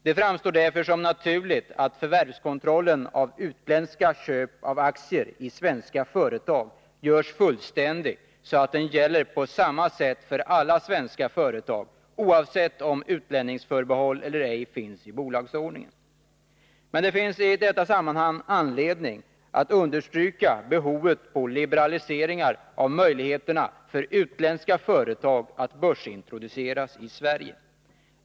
Det framstår därför som naturligt att förvärvskontrollen av utländska köp av aktier i svenska företag görs fullständig, så att den gäller på samma sätt för alla svenska företag, oavsett om utlänningsförbehåll eller ej finns i bolagsordningen. Men det finns i detta sammanhang anledning att understryka behovet av en liberalisering av möjligheterna för utländska företag att börsintroduceras i Sverige.